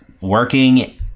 working